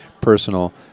personal